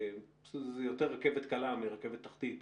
זה יותר רכבת קלה מרכבת תחתית,